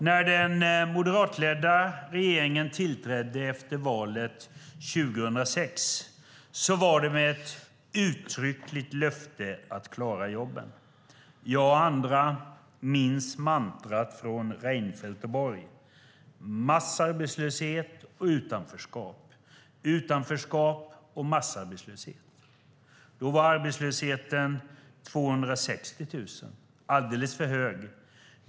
När den moderatledda regeringen tillträdde efter valet 2006 var det med ett uttryckligt löfte att klara jobben. Jag och andra minns mantrat från Reinfeldt och Borg - massarbetslöshet och utanförskap, utanförskap och massarbetslöshet. Då var arbetslösheten 260 000, alldeles för hög.